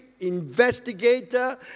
Investigator